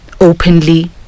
Openly